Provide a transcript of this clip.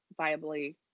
viably